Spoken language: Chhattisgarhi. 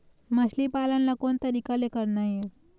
मछली पालन ला कोन तरीका ले करना ये?